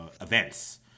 events